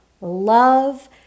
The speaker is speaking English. love